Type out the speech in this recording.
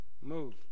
move